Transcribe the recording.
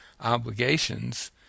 obligations